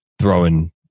throwing